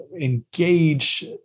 engage